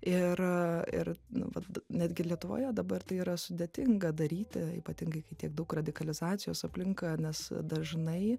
ir ir nu vat netgi lietuvoje dabar tai yra sudėtinga daryti ypatingai kai tiek daug radikalizacijos aplink nes dažnai